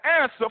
answer